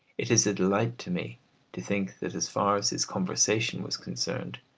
it is a delight to me to think that as far as his conversation was concerned,